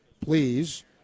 please